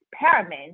experiment